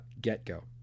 get-go